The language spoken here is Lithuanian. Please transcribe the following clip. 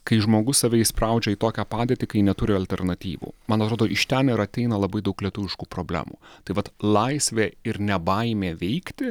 kai žmogus save įspraudžia į tokią padėtį kai neturi alternatyvų mano rodo iš ten ir ateina labai daug lietuviškų problemų taip pat laisvė ir ne baimė veikti